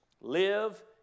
live